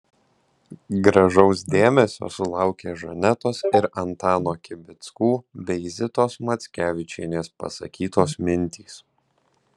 gražaus dėmesio sulaukė žanetos ir antano kibickų bei zitos mackevičienės pasakytos mintys